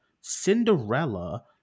Cinderella